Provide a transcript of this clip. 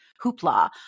hoopla